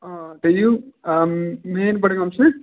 آ تُہۍ یِیِو مین بَڈگام چھُنَہ